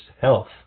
health